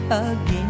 again